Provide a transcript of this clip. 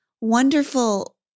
wonderful